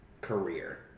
career